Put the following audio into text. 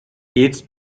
jetzt